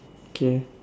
okay